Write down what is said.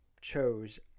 chose